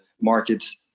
markets